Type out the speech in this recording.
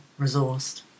resourced